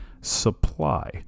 supply